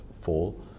fall